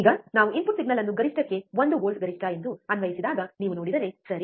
ಈಗ ನಾವು input signal ಅನ್ನು ಗರಿಷ್ಠಕ್ಕೆ ಒಂದು ವೋಲ್ಟ್ ಗರಿಷ್ಠ ಎಂದು ಅನ್ವಯಿಸಿದಾಗ ನೀವು ನೋಡಿದರೆ ಸರಿ